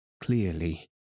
clearly